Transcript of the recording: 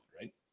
right